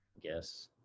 Yes